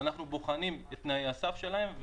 ואנחנו בוחנים את תנאי הסף שלהם.